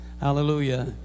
Hallelujah